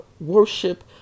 worship